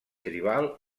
tribal